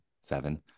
seven